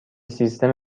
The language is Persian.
سیستم